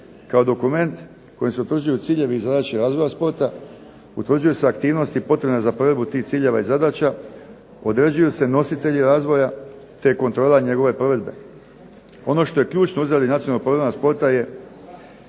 kao dokument kojem se utvrđuju ciljevi i zadaće razvoja sporta, utvrđuju se aktivnosti potrebne za provedbu tih ciljeva i zadaća. Određuju se nositelji zadaća te kontrola njegove provedbe. Ono što je ključno ... Nacionalnog programa sporta je